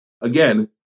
again